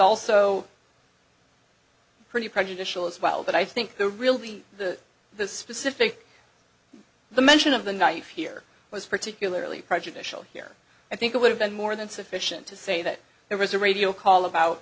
also pretty prejudicial as well but i think the real be the the specific the mention of the knife here was particularly prejudicial here i think it would have been more than sufficient to say that there was a radio call about